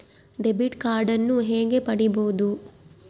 Debit ಕಾರ್ಡನ್ನು ಹೇಗೆ ಪಡಿಬೋದು?